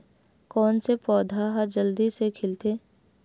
कोन से पौधा ह जल्दी से खिलथे?